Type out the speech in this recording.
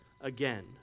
again